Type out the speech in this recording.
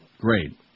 Great